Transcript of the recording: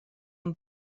amb